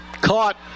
Caught